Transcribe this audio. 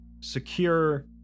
secure